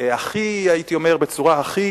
הייתי אומר, הכי